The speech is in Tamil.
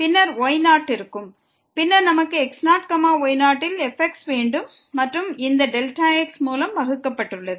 பின்னர் y0 இருக்கும் பின்னர் நமக்கு x0y0 ல் fx வேண்டும் மற்றும் இந்த Δx மூலம் வகுக்கப்படுகிறது